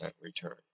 return